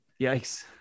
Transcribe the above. Yikes